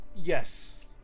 Yes